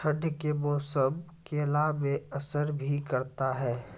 ठंड के मौसम केला मैं असर भी करते हैं?